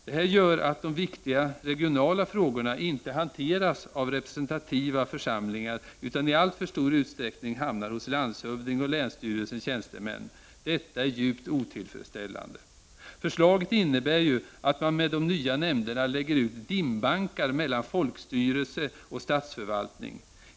Detta gör att de viktiga regionala frågorna inte hanteras av representativa församlingar utan i alltför stor utsträckning hamnar hos landshövding och länsstyrelsens tjänstemän. Detta är djupt otillfredsställande. Förslaget innebär ju att man med de nya nämnderna lägger ut dimbankar mellan folkstyrelse och statsförvaltning.